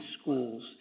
schools